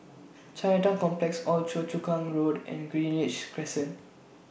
Chinatown Complex Old Choa Chu Kang Road and Greenridge Crescent